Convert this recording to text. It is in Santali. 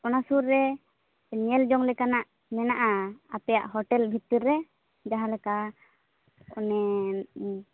ᱚᱱᱟ ᱥᱩᱨ ᱨᱮ ᱧᱮᱞ ᱡᱚᱝ ᱞᱮᱠᱟᱱᱟᱜ ᱢᱮᱱᱟᱜᱼᱟ ᱟᱯᱮᱭᱟᱜ ᱦᱳᱴᱮᱞ ᱵᱷᱤᱛᱤᱨ ᱨᱮ ᱡᱟᱦᱟᱸ ᱞᱮᱠᱟ ᱚᱱᱮ